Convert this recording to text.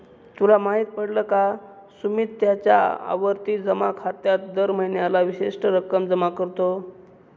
तुला माहित पडल का? सुमित त्याच्या आवर्ती जमा खात्यात दर महीन्याला विशिष्ट रक्कम जमा करतो